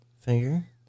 finger